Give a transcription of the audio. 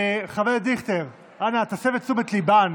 חבר הכנסת דיכטר, אנא, תסב את תשומת ליבן